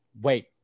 Wait